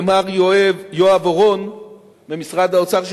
למר יואב אורון ממשרד האוצר,